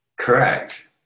Correct